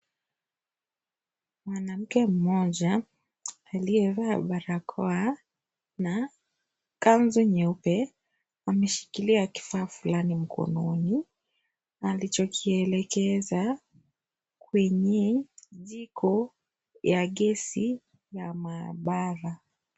Mwanamke mmoja aliyevaa barakoa na kanzu nyeupe ameshikilia kifaa fulani mkononi alichokielekeza kwenye jiko za gesi la maabara.